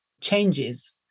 changes